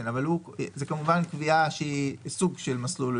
זו קביעה לסוג של מסלול,